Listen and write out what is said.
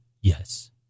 yes